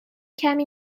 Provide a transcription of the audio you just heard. کمی